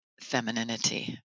femininity